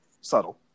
subtle